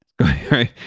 Right